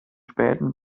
späten